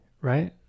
right